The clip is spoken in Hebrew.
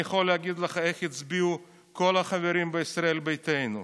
אני יכול להגיד לך איך הצביעו כל החברים בישראל ביתנו,